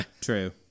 true